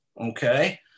Okay